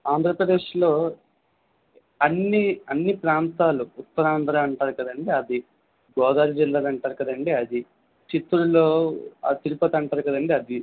ఆంధ్రప్రదేశ్లో అన్నీ అన్ని ప్రాంతాలకు ఉత్తరాంధ్ర అంటారు కద అండి అది గోదావరి జిల్లాలు అంటారు కద అండి అది చిత్తూరులో ఆ తిరుపతి అంటారు కద అండి అది